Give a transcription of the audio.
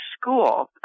school